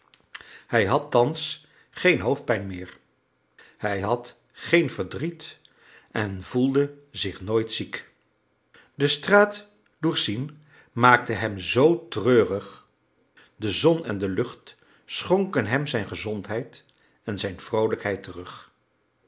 hij had thans geen hoofdpijn meer hij had geen verdriet en voelde zich nooit ziek de straat lourcine maakte hem zoo treurig de zon en de lucht schonken hem zijn gezondheid en zijn vroolijkheid terug